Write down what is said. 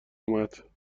اومد